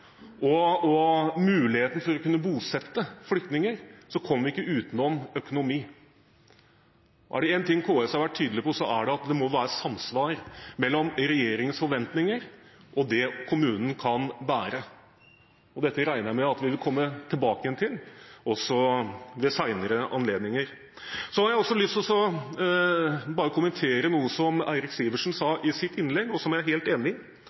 Kommune-Norge og muligheten til å kunne bosette flyktninger, kommer vi ikke utenom økonomi. Er det én ting KS har vært tydelig på, er det at det må være samsvar mellom regjeringens forventninger og det kommunen kan bære. Dette regner jeg med at vi vil komme tilbake til også ved senere anledninger. Jeg har også lyst til å kommentere noe som Eirik Sivertsen sa i sitt innlegg, og som jeg er helt enig i: